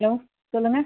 hello சொல்லுங்கள்